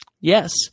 Yes